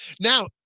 Now